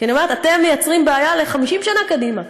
כי אני אומרת: אתם מייצרים בעיה ל-50 שנה קדימה,